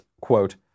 quote